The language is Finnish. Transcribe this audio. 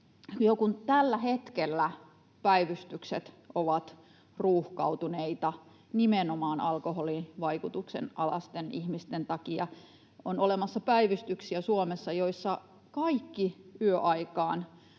jo tällä hetkellä päivystykset ovat ruuhkautuneita nimenomaan alkoholin vaikutuksen alaisten ihmisten takia. Suomessa on olemassa päivystyksiä, joissa kaikki yöaikaan